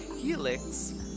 helix